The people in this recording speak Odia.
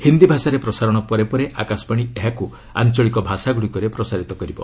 ହିନ୍ଦୀ ଭାଷାରେ ପ୍ରସାରଣ ପରେ ଆକାଶବାଣୀ ଏହାକୁ ଆଞ୍ଚଳିକ ଭାଷାଗ୍ରଡ଼ିକରେ ପ୍ରସାରିତ କରିବ